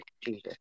Jesus